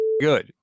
good